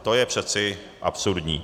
To je přeci absurdní.